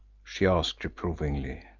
she asked reprovingly.